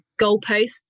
goalposts